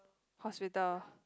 hospital